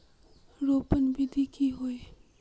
रोपण विधि की होय?